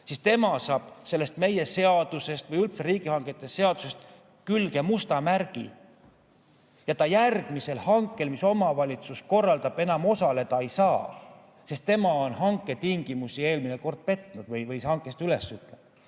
siis tema saab sellest meie seadusest või üldse riigihangete seadusest külge musta märgi ja ta järgmisel hankel, mis omavalitsus korraldab, enam osaleda ei saa, sest tema on hanketingimusi eelmine kord petnud või hanke üles öelnud.